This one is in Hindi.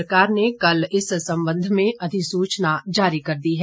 सरकार ने कल इस संबंध में अधिसूचना जारी कर दी है